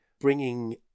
bringing